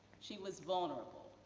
she was vulnerable.